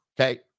Okay